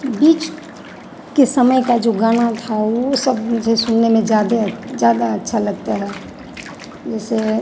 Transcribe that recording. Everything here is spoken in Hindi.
बीच के समय का जो गाना था ऊ सब मुझे सुनने में जादे ज़्यादा अच्छा लगता है जैसे